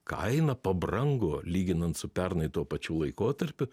kaina pabrango lyginant su pernai tuo pačiu laikotarpiu